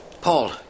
paul